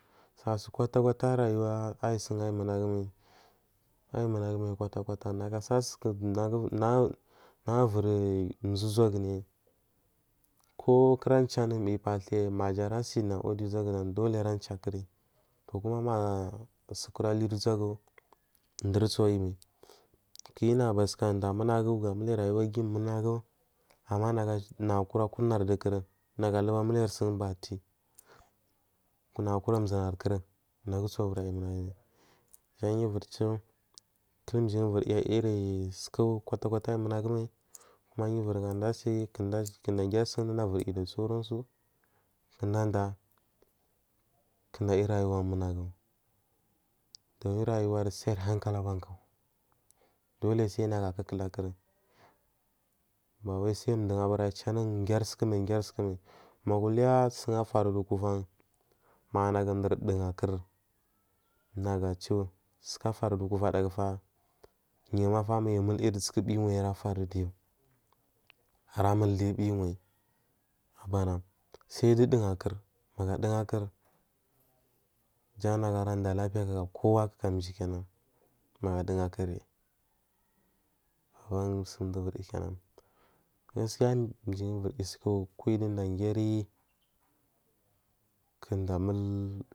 Sasu kwata kwata rayuwa aimunagumai amunagumai kwata kwata tapu nagasasu ku nagu ivuri bʒa uʒagumi kokuracha nugu mbuchi pathuyi majarasan uʒagu doli aracha kurya to kuma magu sukura ahuri uʒagu ndur asuwayimai kiyi nagu bathuka nda munagu amuliya rayuwaguyi munagu ama nagu kurd kuna dukur nagu ahuga muhiri sunbate nagu kuna ʒunari kuran nagu subura yi munafimai janfiyu ivur chu kuh mji variyi suku kwata kwata aiyi munagu mal kuma yu ivury gadasi kuda giri sundudamriyu da sauransu kuɗa anda kuɗa aiyi rayuwa munagu un rayuwa sai ari hankal abanku dole sai nagu akukaha kurun bawai sun mdu bura cha anu sai grisumai magu uliya sun afarudu kuvan manage mdur ndugakur nagu chusuku afarudu kurvadakufa nemata duka arafaru diyu ara muldiyu mbul chiwayi abana sai dudugakur magu adugakur jan nagu aradahapiya kaka kowa kaka mji kina magu ndugakur aban sun dundawuryukina gaskiya mji vury yisuku kuyi dudagari kunda mul.